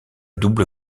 double